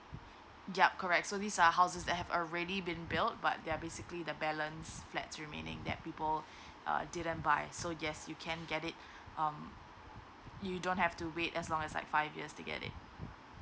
yup correct so this are houses that have already been built but they are basically the balance flats remaining that people err didn't buy so yes you can get it um you don't have to wait as long as like five years to get it